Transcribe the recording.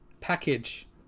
Package